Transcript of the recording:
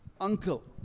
uncle